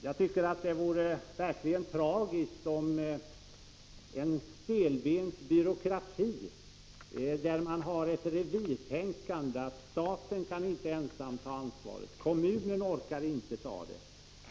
Jag tycker att det vore verkligt tragiskt om en stelbent byråkrati, där man har ett revirtänkande, skulle lägga hinder i vägen. Staten kan inte ensam ta ansvaret, kommunen orkar inte ta det, osv.